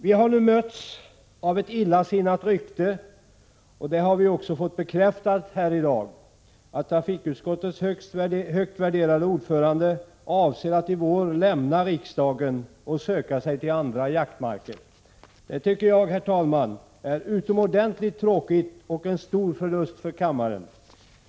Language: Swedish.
Vi har nu mötts av ett illasinnat rykte — och det ryktet har vi också fått bekräftat här i dag — att trafikutskottets högt värderade ordförande avser att i vår lämna riksdagen och söka sig till andra jaktmarker. Det tycker jag, herr talman, är utomordentligt tråkigt och en stor förlust för kammaren.